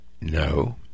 No